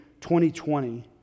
2020